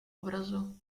obrazu